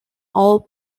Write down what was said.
all